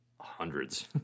hundreds